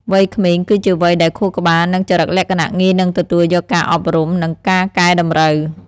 វ័យក្មេងគឺជាវ័យដែលខួរក្បាល និងចរិតលក្ខណៈងាយនឹងទទួលយកការអប់រំ និងការកែតម្រូវ។